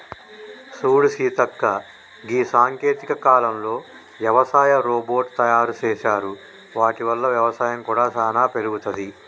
సూడు సీతక్క గీ సాంకేతిక కాలంలో యవసాయ రోబోట్ తయారు సేసారు వాటి వల్ల వ్యవసాయం కూడా సానా పెరుగుతది